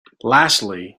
lastly